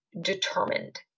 determined